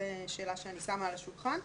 זו שאלה שאני שמה על השולחן.